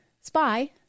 spy